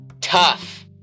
tough